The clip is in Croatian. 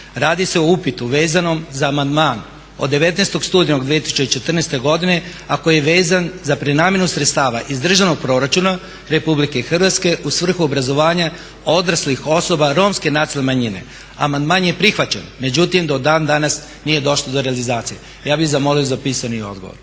Radi se o upitu vezanom za amandman od 19. studenog 2014. godine a koji je vezan za prenamjenu sredstava iz Državnog proračuna RH u svrhu obrazovanja odraslih osoba romske nacionalne manjine. Amandman je prihvaćen, međutim do dan danas nije došlo do realizacije. Ja bih zamolio za pisani odgovor.